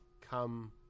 Come